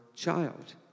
Child